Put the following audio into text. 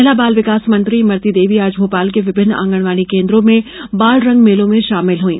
महिला बाल विकास मंत्री इमरती देवी आज भोपाल के विभिन्न आँगनवाड़ी केन्द्रों में बाल रंग मेलों में शामिल हुईं